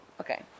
Okay